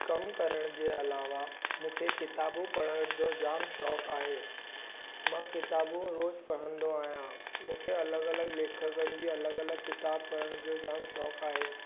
कमु करण जे अलावा मूंखे किताबूं पढ़ण जो जाम शौक़ु आहे मां किताबूं रोज़ु पढ़ंदो आहियां मूंखे अलॻि अलॻि लेखकनि जी अलॻि अलॻि किताबु पढ़ण जो जाम शौक़ु आहे